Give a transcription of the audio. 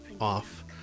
off